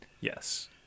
Yes